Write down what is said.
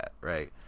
right